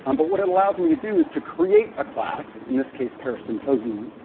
um but what it allows me to do is to create a class, in this case, pair symposium,